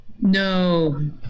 no